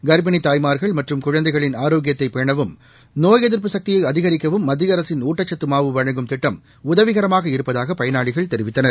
கா்ப்பிணி தாய்மார்கள் மற்றும் குழந்தைகளின் ஆரோக்கியத்தை பேணவும் நோய் எதிா்ப்பு சக்தியை அதிகிக்கவும் மத்திய அரசின் ஊட்டச்சத்து மாவு வழங்கும் திட்டம் உதவிகரமாக இருப்பதாக பயனாளிகள் தெரிவித்தனர்